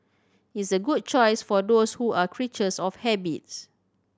it's a good choice for those who are creatures of habits